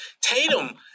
Tatum